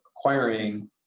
acquiring